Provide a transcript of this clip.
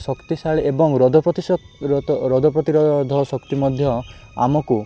ଶକ୍ତିଶାଳୀ ଏବଂ ପ୍ରତିରୋଧ ଶକ୍ତି ମଧ୍ୟ ଆମକୁ